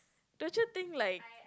don't you think like